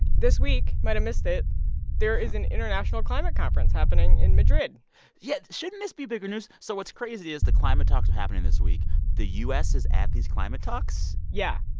this week might have missed it there is an international climate conference happening in madrid yeah, shouldn't this be bigger news? so what's crazy is the climate talks are happening this week, the u s. is at these climate talks. yeah.